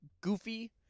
goofy